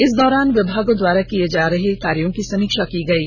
इस दौरान विभागों द्वारा किये जा रहे कार्यों की समीक्षा की गयी